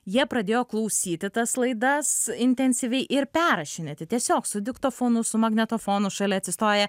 jie pradėjo klausyti tas laidas intensyviai ir perrašinėti tiesiog su diktofonu su magnetofonu šalia atsistoję